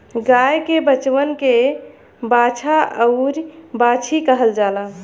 गाय के बचवन के बाछा अउरी बाछी कहल जाला